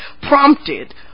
prompted